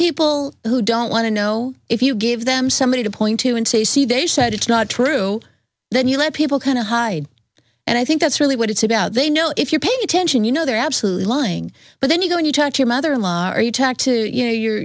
people who don't want to know if you give them somebody to point to and say see they said it's not true then you let people kind of hide and i think that's really what it's about they know if you're paying attention you know they're absolutely lying but then you go and you talk to your mother in law or you talk to you